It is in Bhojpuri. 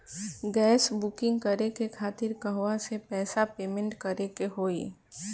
गॅस बूकिंग करे के खातिर कहवा से पैसा पेमेंट करे के होई?